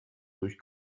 durch